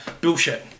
Bullshit